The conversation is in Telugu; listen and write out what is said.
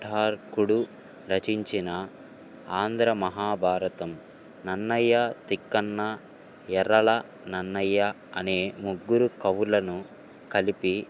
అఠార్కుడు రచించిన ఆంధ్ర మహాభారతం నన్నయ్య తిక్కన్న ఎర్రళ నన్నయ్య అనే ముగ్గురు కవులను కలిపి